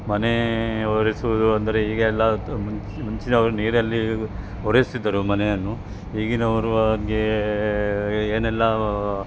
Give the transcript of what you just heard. ಮನೆ ಒರೆಸುವುದು ಅಂದರೆ ಈಗ ಎಲ್ಲ ಮುಂಚಿನವರು ನೀರಲ್ಲಿ ಒರೆಸ್ತಿದ್ದರು ಮನೆಯನ್ನು ಈಗಿನವರು ಹಾಗೆ ಏನೆಲ್ಲ